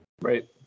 Right